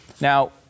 Now